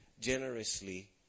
generously